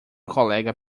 colega